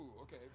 okay